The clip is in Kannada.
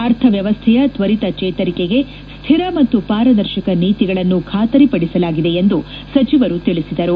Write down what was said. ಅರ್ಥವ್ಯವಸ್ಲೆಯ ತ್ವರಿತ ಚೇತರಿಕೆಗೆ ಸ್ಲಿರ ಮತ್ತು ಪಾರದರ್ಶಕ ನೀತಿಗಳನ್ನು ಖಾತರಿ ಪಡಿಸಲಾಗಿದೆ ಎಂದು ಸಚಿವರು ತಿಳಿಸಿದರು